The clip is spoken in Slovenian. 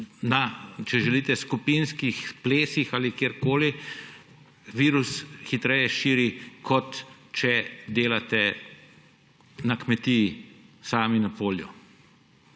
se, če želite, na skupinskih plesih ali kjerkoli virus hitreje širi, kot če delate na kmetiji, sami na polju.